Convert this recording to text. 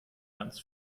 ganz